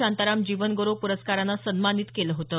शांताराम जीवनगौरव प्रस्कारानं सन्मानित केलं होतं